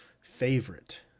favorite